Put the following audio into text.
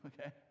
okay